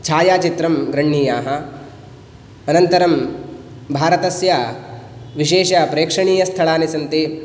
छायाचित्रं गृह्णीयाः अनन्तरं भारतस्य विशेषप्रेक्षणीयस्थलानि सन्ति